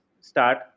start